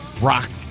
rock